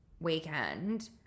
weekend